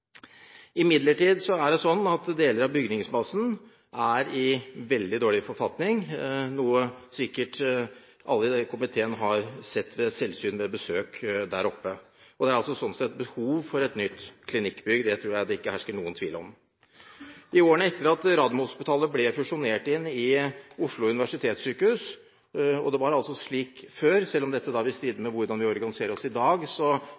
er det slik at deler av bygningsmassen er i veldig dårlig forfatning, noe sikkert alle i komiteen har sett ved selvsyn ved besøk der oppe. Det er altså behov for et nytt klinikkbygg. Det tror jeg det ikke hersker noen tvil om. Etter at Radiumhospitalet ble fusjonert inn i Oslo universitetssykehus – det var altså slik før, og selv om dette vil stride mot hvordan vi organiserer oss i dag,